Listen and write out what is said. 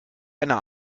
einer